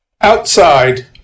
Outside